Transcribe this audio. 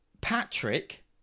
Patrick